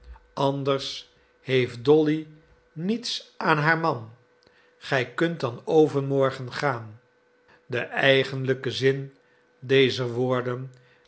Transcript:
anders heeft dolly niets aan haar man gij kunt dan overmorgen gaan de eigenlijke zin dezer woorden